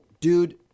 dude